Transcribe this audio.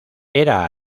era